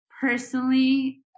personally